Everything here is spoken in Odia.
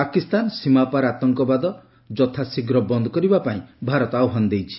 ପାକସ୍ତାନ ସୀମାପାର ଆତଙ୍କବାଦ ଯଥାଶୀଘ୍ର ବନ୍ଦ୍ କରିବାପାଇଁ ଭାରତ ଆହ୍ୱାନ ଦେଇଛି